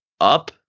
up